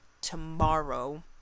tomorrow